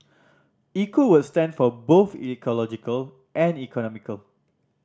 Eco would stand for both ecological and economical